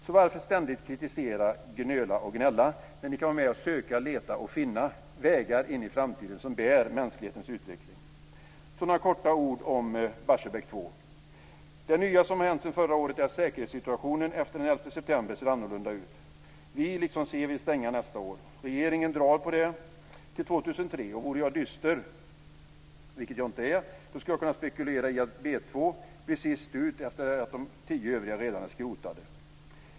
Så varför ständigt kritisera, gnöla och gnälla, när ni kan vara med och söka, leta och finna vägar in i framtiden som bär mänsklighetens utveckling? Så vill jag säga några korta ord om Barsebäck 2. Det nya som har hänt sedan förra året är att säkerhetssituationen efter den 11 september ser annorlunda ut. Vi liksom Centern vill stänga nästa år. Regeringen drar på det till 2003, och vore jag dyster, vilket jag inte är, skulle jag kunna spekulera i att Barsebäck 2 blir sist ut efter att de tio övriga redan är skrotade.